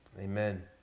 Amen